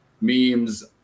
memes